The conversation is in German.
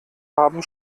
haben